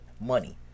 money